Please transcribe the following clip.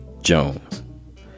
Jones